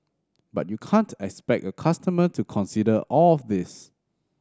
but you can't expect a customer to consider all of this